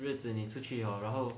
日子你出去 hor 然后